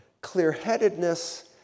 clear-headedness